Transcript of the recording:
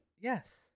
Yes